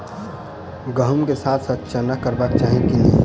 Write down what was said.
गहुम केँ साथ साथ चना करबाक चाहि की नै?